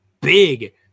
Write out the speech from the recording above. big